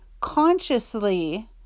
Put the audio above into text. consciously